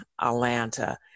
Atlanta